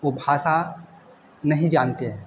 वो भाषा नहीं जानते है